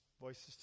voices